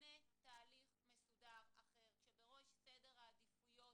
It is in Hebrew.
ויבנה תהליך מסודר אחר כשבראש סדר העדיפויות